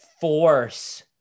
force